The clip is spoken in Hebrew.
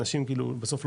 בסוף,